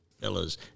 fellas